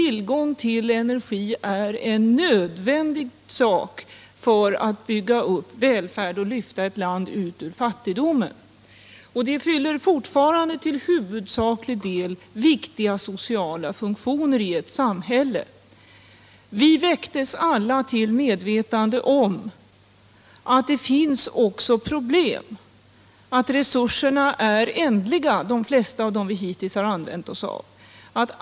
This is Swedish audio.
Tillgången till energi är nödvändig för att man skall kunna bygga upp välfärd och lyfta ett land ut ur fattigdomen. Den fyller fortfarande till huvudsaklig del viktiga sociala funktioner i varje samhälle. Men vi väcktes alla till medvetande om att det också finns problem, att de flesta av de energiresurser vi hittills har använt är ändliga.